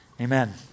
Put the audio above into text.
amen